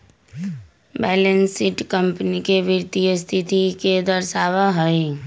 balance sheet company के वित्तीय स्थिति के दर्शावा हई